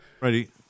Ready